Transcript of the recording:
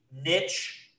niche